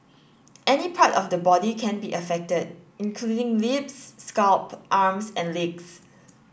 any part of the body can be affected including lips scalp arms and legs